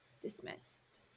dismissed